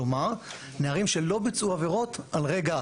כלומר נערים שלא ביצעו עבירות על רקע,